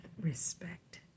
respect